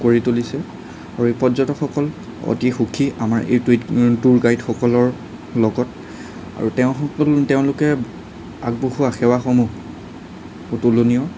কৰি তুলিছে আৰু এই পৰ্যটকসকল অতি সুখী আমাৰ এই টুই ট্যুৰ গাইডসকলৰ লগত আৰু তেওঁসকল তেওঁলোকে আগবঢ়োৱা সেৱাসমূহ অতুলনীয়